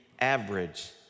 average